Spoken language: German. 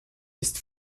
ist